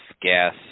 gas